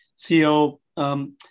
CEO